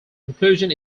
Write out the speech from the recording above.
inclusion